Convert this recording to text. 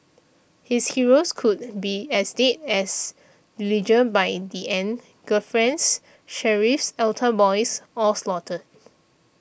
his heroes could be as dead as Dillinger by the end girlfriends sheriffs altar boys all slaughtered